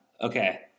Okay